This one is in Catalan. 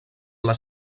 les